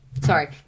Sorry